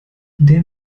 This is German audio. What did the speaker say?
der